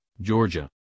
georgia